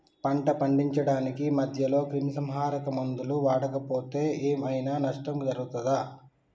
పంట పండించడానికి మధ్యలో క్రిమిసంహరక మందులు వాడకపోతే ఏం ఐనా నష్టం జరుగుతదా?